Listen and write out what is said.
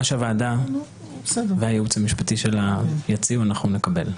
מה שהוועדה והייעוץ המשפטי שלה יציעו, אנחנו נקבל.